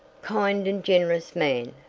kind and generous man!